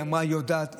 היא אמרה שהיא יודעת,